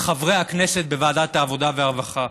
חברי הכנסת בוועדת העבודה והרווחה,